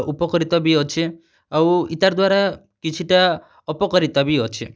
ଉପକାରିତା ବି ଅଛେ ଆଉ ଇତାର୍ ଦ୍ଵାରା କିଛିଟା ଅପକାରିତା ବି ଅଛେ